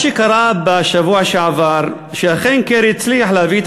בשבוע שעבר אכן הצליח קרי להביא את